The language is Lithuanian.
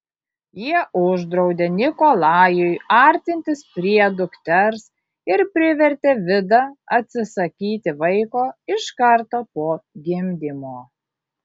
jie uždraudė nikolajui artintis prie dukters ir privertė vidą atsisakyti vaiko iš karto po gimdymo